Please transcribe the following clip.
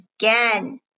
again